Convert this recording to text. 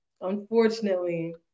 unfortunately